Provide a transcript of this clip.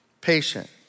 patient